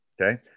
Okay